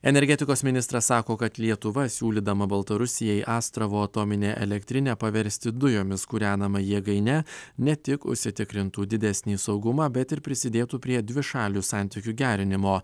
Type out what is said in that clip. energetikos ministras sako kad lietuva siūlydama baltarusijai astravo atominę elektrinę paversti dujomis kūrenama jėgaine ne tik užsitikrintų didesnį saugumą bet ir prisidėtų prie dvišalių santykių gerinimo